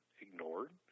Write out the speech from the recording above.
ignored